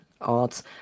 arts